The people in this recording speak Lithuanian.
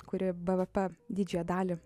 kuri bvp didžiąją dalį